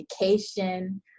education